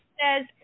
says